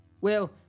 Well